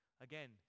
Again